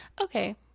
Okay